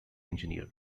engineer